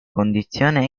condizione